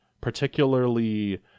particularly